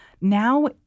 Now